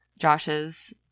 Josh's